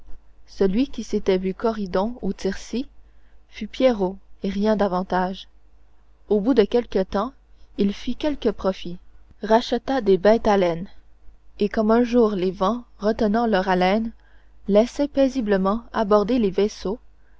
celui qui s'était vu coridon ou tircis fut pierrot et rien davantage au bout de quelque temps il fit quelques profits racheta des bêtes à laine et comme un jour les vents retenant leur haleine laissaient paisiblement aborder les vaisseaux